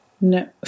No